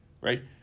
right